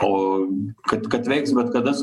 o kad kad veiks bet kada